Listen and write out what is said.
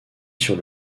sur